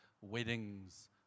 weddings